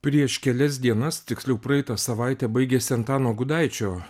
prieš kelias dienas tiksliau praeitą savaitę baigėsi antano gudaičio